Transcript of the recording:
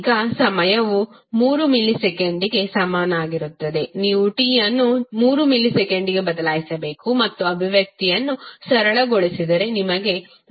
ಈಗ ಸಮಯವು 3 ಮಿಲಿಸೆಕೆಂಡಿಗೆ ಸಮನಾಗಿರುತ್ತದೆ ನೀವು t ಅನ್ನು 3 ಮಿಲಿಸೆಕೆಂಡ್ನೊಂದಿಗೆ ಬದಲಾಯಿಸಬೇಕು ಮತ್ತು ಅಭಿವ್ಯಕ್ತಿಯನ್ನು ಸರಳಗೊಳಿಸಿದರೆ ನಿಮಗೆ ಮೈನಸ್ 6